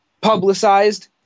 publicized